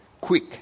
quick